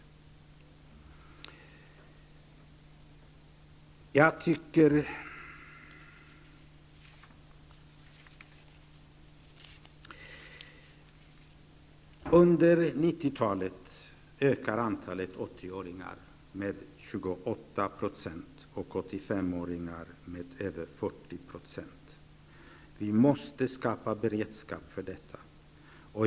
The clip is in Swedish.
Under 1990-talet kommer antalet 80-åringar att öka med 28 % och 85-åringar med över 40 %. Vi måste skapa beredskap för detta.